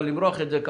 אבל לא למרוח את זה.